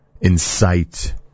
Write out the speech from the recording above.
incite